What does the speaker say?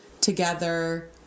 together